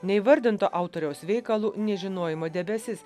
neįvardinto autoriaus veikalu nežinojimo debesis